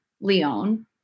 Leon